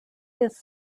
his